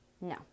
No